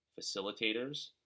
facilitators